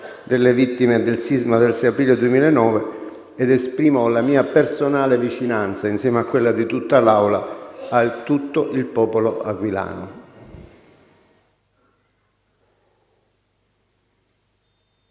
delle vittime del sisma del 6 aprile 2009 ed esprimo tutta la mia personale vicinanza, insieme a quella di tutta l'Aula, a tutto il popolo abruzzese.